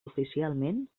oficialment